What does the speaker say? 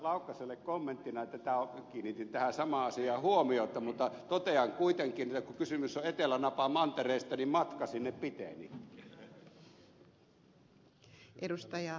laukkaselle kommenttina että kiinnitin tähän samaan asiaan huomiota mutta totean kuitenkin että kun kysymys on etelänapamantereesta niin matka sinne piteni